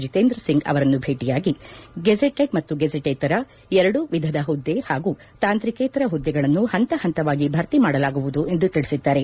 ಜಿತೇಂದ್ರ ಸಿಂಗ್ ಅವರನ್ನು ಭೇಟಿಯಾಗಿ ಗೆಜೆಟೆಡ್ ಮತ್ತು ಗೆಜೆಟೆಡ್ ಅಲ್ಲದ ಎರಡೂ ಹುದ್ದೆಗಳು ಹಾಗೂ ತಾಂತ್ರಿಕೇತರ ಹುದ್ದೆಗಳನ್ನು ಪಂತ ಪಂತವಾಗಿ ಭರ್ತಿ ಮಾಡಲಾಗುವುದು ಎಂದು ತಿಳಿಸಿದ್ದಾರೆ